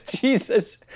Jesus